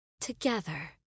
together